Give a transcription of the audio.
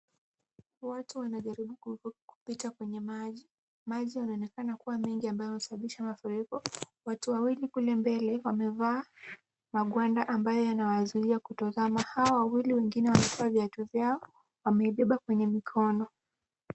Watu wanajaribu kupita kwenye maji. Maji yanaonekana kuwa mengi ambayo yamesababisha mafuriko. Watu wawili kule mbele wamevaa magwanda ambayo yanawazuia kutozama. Hawa wawili wengine wamevua viatu vyao, wameibeba kwenye mikono.